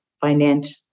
financial